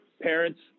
parents